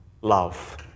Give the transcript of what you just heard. love